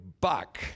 buck